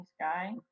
Sky